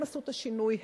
הם עשו את השינוי.